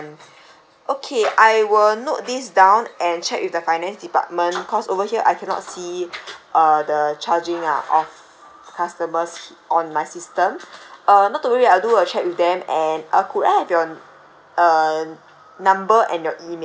okay I will note these down and check with the finance department because over here I cannot see uh the charging ah of customer's on my system uh not to worry I'll do a check with them and uh could I have your uh number and your email